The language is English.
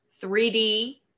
3D